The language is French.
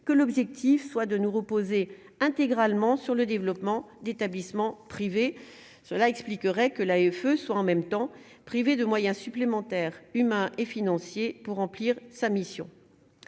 que l'objectif soit de nous reposer intégralement sur le développement d'établissements privés, cela expliquerait que la Uffe soit en même temps, privé de moyens supplémentaires, humains et financiers pour remplir sa mission,